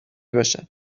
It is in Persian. باشد